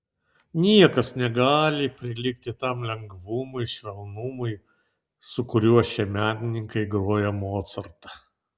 niekas negali prilygti tam lengvumui švelnumui su kuriuo šie menininkai groja mocartą